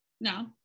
No